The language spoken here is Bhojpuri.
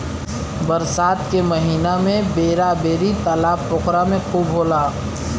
बरसात के महिना में बेरा बेरी तालाब पोखरा में खूब होला